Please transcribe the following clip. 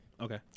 Okay